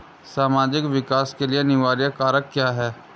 सामाजिक विकास के लिए अनिवार्य कारक क्या है?